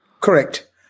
Correct